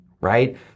right